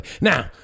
now